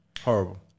Horrible